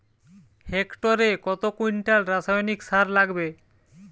হেক্টরে কত কুইন্টাল রাসায়নিক সার লাগবে?